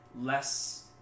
less